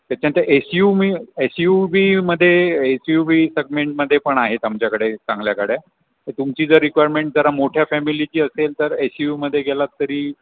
त्याच्यानंतर एसयूमी S U बीमध्ये एसयूबी सगमेंटमध्ये पण आहेत आमच्याकडे चांगल्या गाड्या तर तुमची जर रिक्वायरमेंट जरा मोठ्या फॅमिलीची असेल तर एस यूमध्ये गेलात तरी